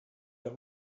that